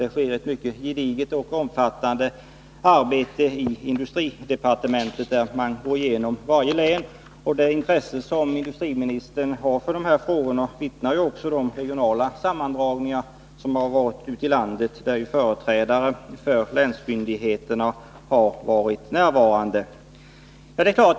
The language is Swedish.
Det sker ett mycket gediget och omfattande arbete i industridepartementet, där man går igenom varje län. Och de regionala sammandragningar med företrädare för länsmyndigheterna som har ägt rum ute i landet vittnar om det intresse som industriministern har för dessa frågor.